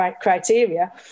criteria